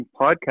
podcast